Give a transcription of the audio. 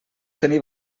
tenir